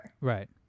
Right